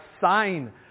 sign